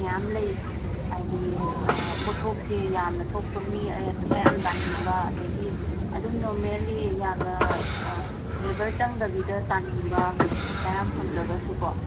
ꯃꯌꯥꯝ ꯂꯩ ꯍꯥꯏꯗꯤ ꯄꯣꯠꯊꯣꯛꯁꯦ ꯌꯥꯝꯅ ꯊꯣꯛꯄ ꯃꯤ ꯄꯩꯁꯥ ꯌꯥꯝ ꯇꯥꯟꯅꯤꯡꯕ ꯑꯗꯒꯤ ꯑꯗꯨꯝ ꯅꯣꯔꯃꯦꯟꯂꯤ ꯌꯥꯝꯅ ꯂꯦꯚꯔ ꯆꯪꯗꯕꯤꯗ ꯇꯥꯟꯅꯤꯡꯕ ꯄꯩꯁꯥ ꯌꯥꯝ ꯐꯪꯗ꯭ꯔꯒꯁꯨꯀꯣ